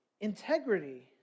integrity